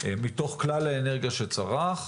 מתוך כלל האנרגיה שצרך,